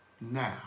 now